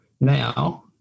now